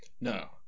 No